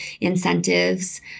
incentives